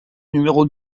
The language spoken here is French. numéro